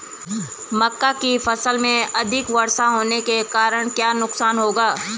मक्का की फसल में अधिक वर्षा होने के कारण क्या नुकसान होगा?